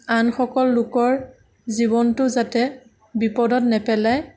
আনসকলো লোকৰ জীৱনটো যাতে বিপদত নেপেলাই